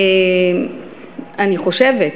אני חושבת,